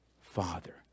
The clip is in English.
father